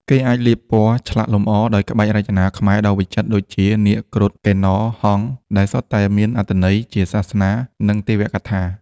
គេអាច លាបពណ៌ ឆ្លាក់លម្អដោយក្បាច់រចនាខ្មែរដ៏វិចិត្រ ដូចជា នាគ គ្រុឌ កិន្នរ ហង្ស ដែលសុទ្ធតែមានអត្ថន័យជាសាសនា និងទេវកថា។